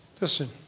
Listen